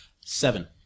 Seven